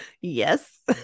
Yes